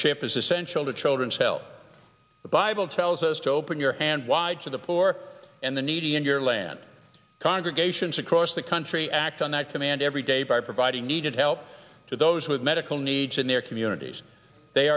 chip is essential to children's health bible to als us to open your hand wide to the poor and the needy in your land congregations across the country act on that command every day by providing needed help to those with medical needs in their communities they